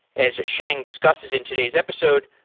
as sheng discusses in today's episode,